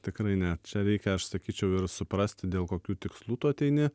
tikrai ne čia reikia aš sakyčiau ir suprasti dėl kokių tikslų tu ateini